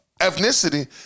ethnicity